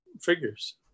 Figures